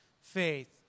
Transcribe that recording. faith